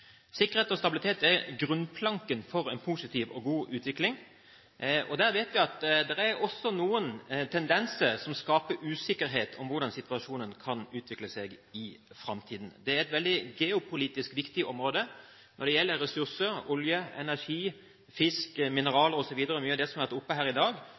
sikkerhet og stabilitet. Sikkerhet og stabilitet er grunnplanken for en positiv og god utvikling. Vi vet at det er noen tendenser som skaper usikkerhet om hvordan situasjonen kan utvikle seg i framtiden. Geopolitisk er dette et veldig viktig område på grunn av ressurser som olje, energi, fisk, mineraler osv., som har vært tatt opp her i dag.